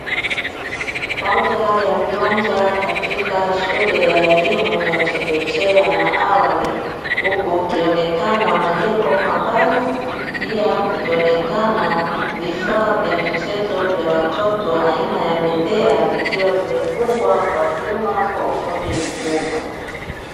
Moja ya viwanja katika shule ya elimu ya chekechea na awali huku kukionekana majengo kwa mbali, pia kukionekana vifaa vya michezo vya watoto aina ya bembea vikiwa vimefungwa kwa vyuma kwa ufundi mkubwa.